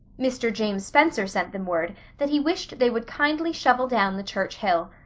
mr. james spencer sent them word that he wished they would kindly shovel down the church hill.